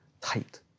tight